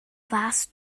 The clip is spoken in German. warst